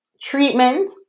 treatment